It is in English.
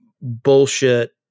bullshit